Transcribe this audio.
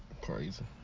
Crazy